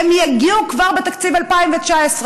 הן יגיעו כבר בתקציב 2019,